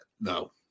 No